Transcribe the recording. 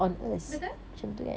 betul